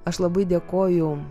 aš labai dėkoju